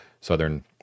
southern